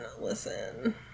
listen